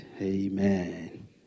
Amen